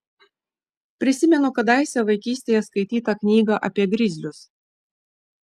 prisimenu kadaise vaikystėje skaitytą knygą apie grizlius